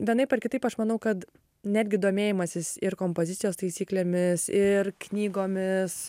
vienaip ar kitaip aš manau kad netgi domėjimasis ir kompozicijos taisyklėmis ir knygomis